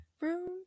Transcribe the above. Room